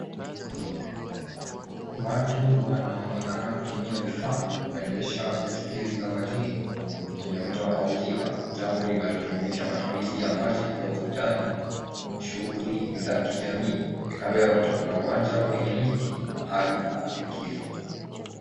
Watu wanaonekana kutumia vifaa vya kuendesha baiskeli za majini kwenye mto au ziwa jambo linalojumuisha matumizi ya maji kwa burudani na shughuli za kijamii. Kando ya mto kuna uwanja wenye miti na mahali pa likizo.